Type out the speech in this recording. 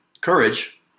courage